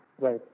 Right